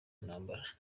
ntambara